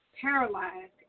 paralyzed